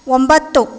ಒಂಬತ್ತು